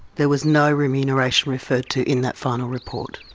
there was no remuneration referred to in that final report?